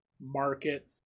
market